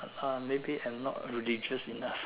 !huh! maybe I not religious enough